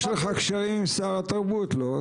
יש לך קשרים עם שר התרבות, לא?